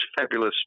fabulous